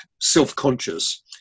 self-conscious